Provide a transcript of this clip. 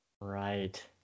Right